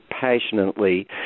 passionately